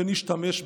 ונשתמש בהם".